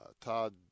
Todd